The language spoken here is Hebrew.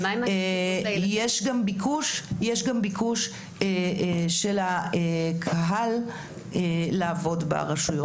יש גם ביקוש של הקהל לעבוד ברשויות.